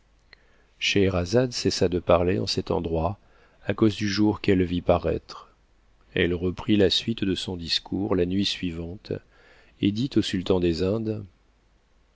scheherazade cessa de parler en cet endroit à cause du jour qu'elle vit paraître elle reprit la suite de son discours la nuit suivante et dit au sultan des indes